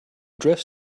dress